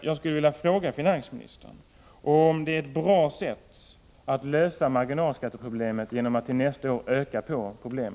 Jag skulle vilja fråga finansministern om det är ett bra sätt att lösa marginalskatteproblemet att till nästa år öka samma problem.